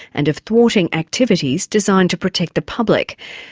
and of thwarting activities designed to protect the public.